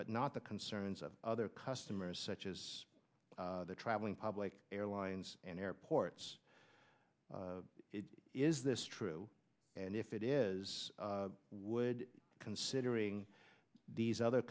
but not the concerns of other customers such as the traveling public airlines and airports is this true and if it is would considering these other